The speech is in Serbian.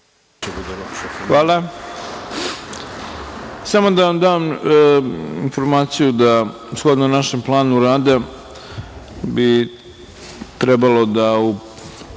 Hvala. Samo da vam dam informaciju da, shodno našem planu rada, bi trebalo da